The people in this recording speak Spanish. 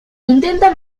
intenta